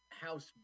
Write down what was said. house